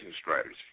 strategy